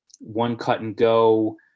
one-cut-and-go